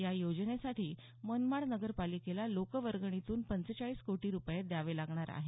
या योजनेसाठी मनमाड नगरपालिकेला लोकवर्गणीतून पंचेचाळीस कोटी रुपये द्यावे लागणार आहेत